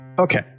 Okay